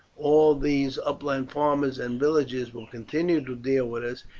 all these upland farmers and villagers will continue to deal with us,